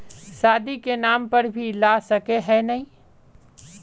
शादी के नाम पर भी ला सके है नय?